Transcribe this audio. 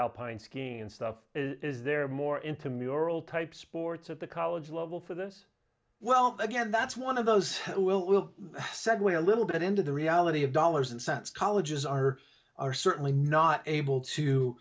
alpine skiing and stuff is there more into mural type sports at the college level for this well again that's why one of those will segue a little bit into the reality of dollars and cents colleges are or are certainly not able to